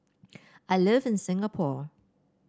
I live in Singapore